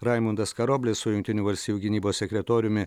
raimundas karoblis su jungtinių valstijų gynybos sekretoriumi